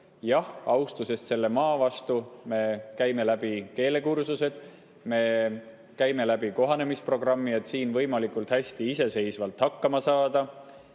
jah, austusest selle maa vastu me käime läbi keelekursused, me käime läbi kohanemisprogrammi, et siin võimalikult hästi iseseisvalt hakkama saada,